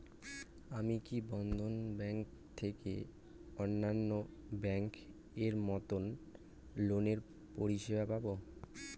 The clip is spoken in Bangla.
আমি কি বন্ধন ব্যাংক থেকে অন্যান্য ব্যাংক এর মতন লোনের পরিসেবা পাব?